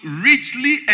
richly